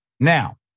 Now